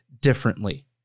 differently